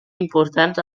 importants